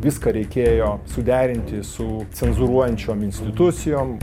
viską reikėjo suderinti su cenzūruojančiom institucijom